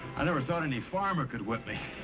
i never thought any farmer could whip me,